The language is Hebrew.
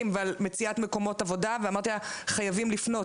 ועל מציאת מקומות עבודה ואמרתי לה חייבים לפנות.